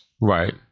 right